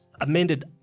amended